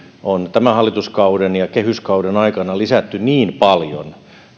on tämän hallituskauden ja kehyskauden aikana lisätty niin paljon